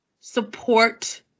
support